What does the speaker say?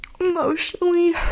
emotionally